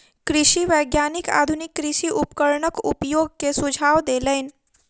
कृषि वैज्ञानिक आधुनिक कृषि उपकरणक उपयोग के सुझाव देलैन